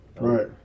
Right